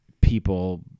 people